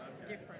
different